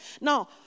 Now